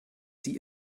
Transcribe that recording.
sie